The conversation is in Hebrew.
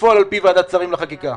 לפעול לפי ועדת שרים לחקיקה.